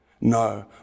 No